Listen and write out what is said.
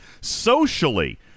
Socially